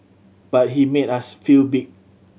but he made us feel big